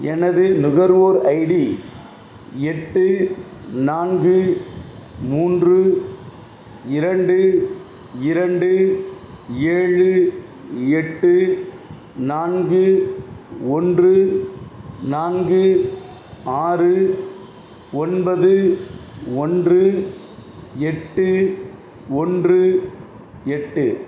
எனது நுகர்வோர் ஐடி எட்டு நான்கு மூன்று இரண்டு இரண்டு ஏழு எட்டு நான்கு ஒன்று நான்கு ஆறு ஒன்பது ஒன்று எட்டு ஒன்று எட்டு